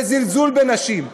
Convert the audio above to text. לזלזול בנשים,